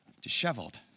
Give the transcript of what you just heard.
disheveled